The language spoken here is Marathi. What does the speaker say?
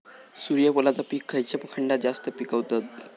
सूर्यफूलाचा पीक खयच्या खंडात जास्त पिकवतत?